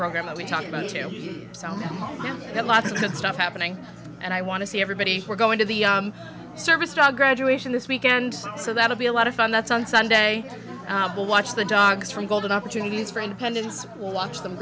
program that we talk about so that lots of good stuff happening and i want to see everybody we're going to the service dog graduation this weekend so that'll be a lot of fun that's on sunday will watch the dogs from golden opportunities for independence w